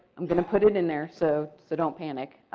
i'm going to put it in there. so so don't panic.